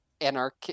anarch